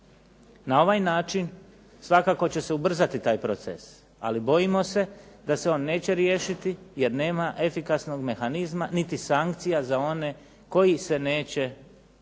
Na ovaj način svakako će se ubrzati taj proces, ali bojimo se da se on neće riješiti jer nema efikasnog mehanizma, niti sankcija za one koji se neće, koji